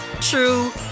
true